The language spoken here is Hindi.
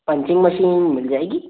पंचिंग मशीन मिल जाएगी